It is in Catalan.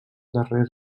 darrer